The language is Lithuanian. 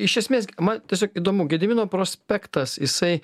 iš esmės man tiesiog įdomu gedimino prospektas jisai